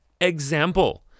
Example